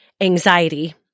anxiety